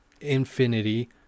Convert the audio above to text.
infinity